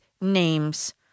names